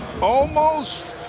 almost.